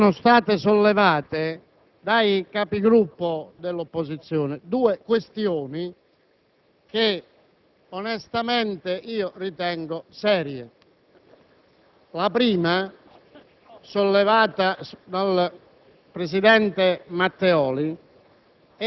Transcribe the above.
sono state sollevate dai Capigruppo dell'opposizione due questioni che onestamente ritengo serie.